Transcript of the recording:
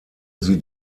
sie